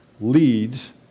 leads